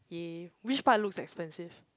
!yay! which part looks expensive